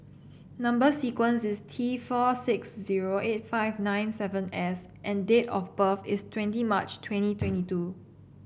number sequence is T four six zero eight five nine seven S and date of birth is twenty March twenty twenty two